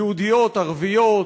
יהודיות, ערביות,